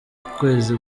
kwezi